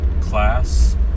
class